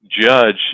judge